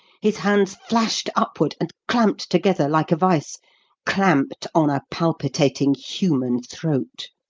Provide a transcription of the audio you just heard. his hands flashed upward and clamped together like a vice clamped on a palpitating human throat